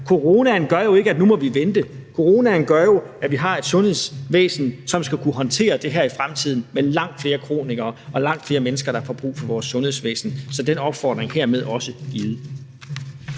Coronaen gør jo ikke, at nu må vi vente. Coronaen gør jo, at vi har et sundhedsvæsen, som skal kunne håndtere det her i fremtiden med langt flere kronikere og langt flere mennesker, der får brug for vores sundhedsvæsen. Så er den opfordring hermed også givet.